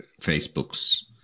Facebook's